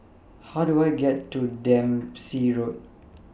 How Do I get to Dempsey Road